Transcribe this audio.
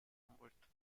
morto